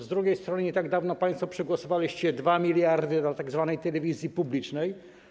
Z drugiej strony nie tak dawno państwo przegłosowaliście 2 mld dla tzw. telewizji publicznej.